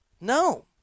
No